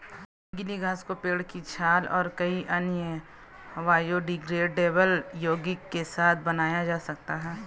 गीली घास को पेड़ की छाल और कई अन्य बायोडिग्रेडेबल यौगिक के साथ बनाया जा सकता है